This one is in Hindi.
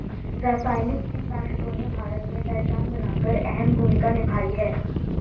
रासायनिक कीटनाशकों ने भारत में पहचान बनाकर अहम भूमिका निभाई है